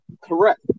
Correct